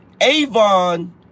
Avon